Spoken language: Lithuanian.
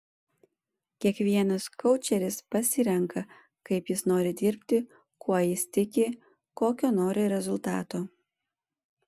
kiekvienas koučeris pasirenka kaip jis nori dirbti kuo jis tiki kokio nori rezultato